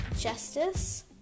Justice